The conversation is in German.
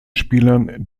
spielern